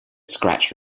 scratch